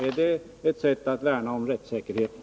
Är det ett sätt att värna om rättssäkerheten?